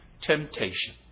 temptation